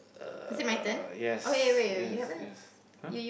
uh yes yes yes !huh!